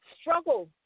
struggle